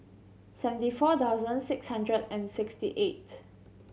seventy four thousand six hundred and sixty eight